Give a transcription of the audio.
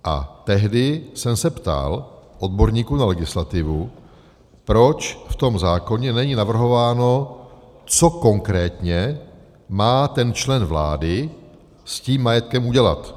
A tehdy jsem se ptal odborníků na legislativu, proč v tom zákoně není navrhováno, co konkrétně má ten člen vlády s tím majetkem udělat.